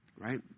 right